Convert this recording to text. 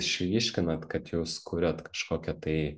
išryškinant kad jūs kuriat kažkokią tai